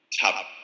top